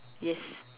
yes